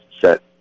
set